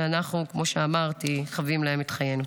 שאנחנו, כמו שאמרתי, חבים להן את חיינו.